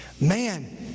Man